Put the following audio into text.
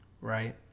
right